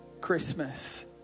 Christmas